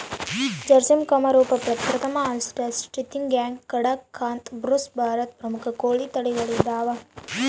ಜರ್ಸಿಮ್ ಕಂರೂಪ ಪ್ರತಾಪ್ಧನ್ ಅಸೆಲ್ ಚಿತ್ತಗಾಂಗ್ ಕಡಕಂಥ್ ಬುಸ್ರಾ ಭಾರತದ ಪ್ರಮುಖ ಕೋಳಿ ತಳಿಗಳು ಇದಾವ